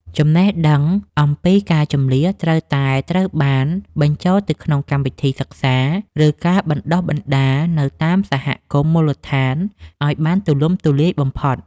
ចំណេះដឹងអំពីការជម្លៀសត្រូវតែត្រូវបានបញ្ចូលទៅក្នុងកម្មវិធីសិក្សា ឬការបណ្តុះបណ្តាលនៅតាមសហគមន៍មូលដ្ឋានឱ្យបានទូលំទូលាយបំផុត។